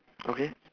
okay